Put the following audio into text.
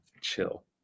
chill